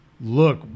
look